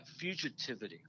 fugitivity